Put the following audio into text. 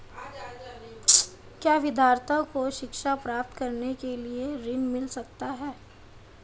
क्या विद्यार्थी को शिक्षा प्राप्त करने के लिए ऋण मिल सकता है?